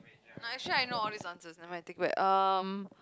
actually I know all these answer never mind I take back um